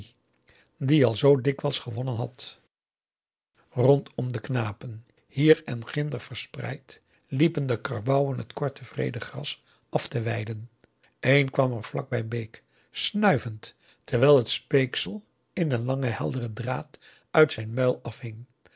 die al zoo dikwijls gewonnen had rondom de knapen hier en ginder verspreid liepen de karbouwen het korte wreede gras af te weiden een kwam er vlak bij bake snuivend terwijl het speeksel in een langen helderen draad uit zijn muil afhing